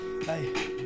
Hey